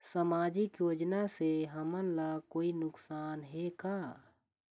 सामाजिक योजना से हमन ला कोई नुकसान हे का?